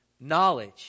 Knowledge